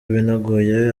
binogeye